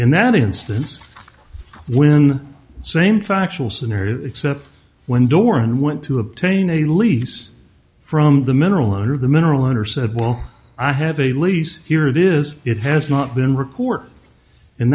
in that instance when same factual scenario except when door and went to obtain a lease from the mineral under the mineral under said well i have a lease here it is it has not been record in